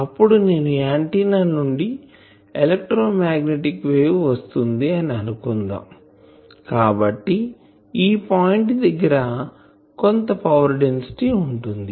అప్పుడు నేను ఆంటిన్నా నుండి ఎలక్ట్రోమాగ్నెటిక్ వేవ్ వస్తుంది అని అనుకుందాం కాబట్టి ఈ పాయింట్ దగ్గర కొంత పవర్ డెన్సిటీ వుంటుంది